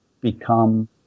become